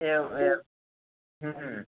एवम् एवम्